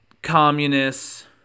Communists